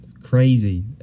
crazy